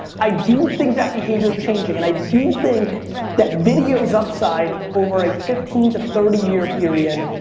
i do think that behavior's changing. and i do think that video's upside over a fifteen to thirty year period,